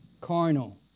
Carnal